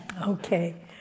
Okay